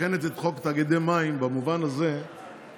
מתקנת את חוק תאגידי מים במובן הזה שיש,